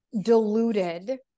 diluted